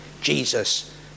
Jesus